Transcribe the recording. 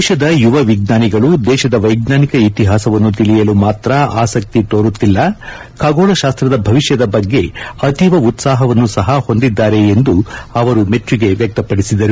ದೇಶದ ಯುವ ವಿಜ್ಞಾನಿಗಳು ದೇಶದ ವೈಜ್ಞಾನಿಕ ಇತಿಹಾಸವನ್ನು ತಿಳಿಯಲು ಮಾತ್ರ ಆಸಕ್ತಿ ತೋರುತ್ತಿಲ್ಲ ಖಗೋಳ ಶಾಸ್ತ್ರದ ಭವಿಷ್ಯದ ಬಗ್ಗೆ ಅತೀವ ಉತ್ಸಾಹವನ್ನು ಸಹ ಹೊಂದಿದ್ದಾರೆ ಎಂದು ಅವರು ಮೆಚ್ಚುಗೆ ವ್ಯಕ್ತಪಡಿಸಿದರು